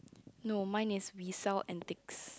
no mine is we sell and takes